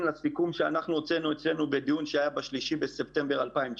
לסיכום שאנחנו הוצאנו אצלנו בדיון שהיה ב-3 בספטמבר 2019